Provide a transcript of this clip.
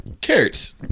Carrots